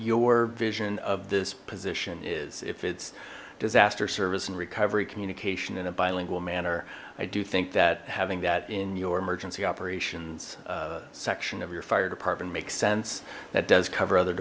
your vision of this position is if it's disaster service and recovery communication in a bilingual manner i do think that having that in your emergency operations section of your fire department makes sense that does cover other